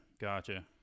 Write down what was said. gotcha